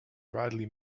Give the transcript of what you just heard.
bradley